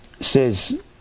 says